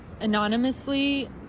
anonymously